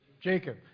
Jacob